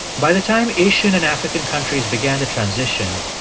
by the time asian and african countries began the transition,